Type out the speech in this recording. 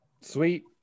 Sweet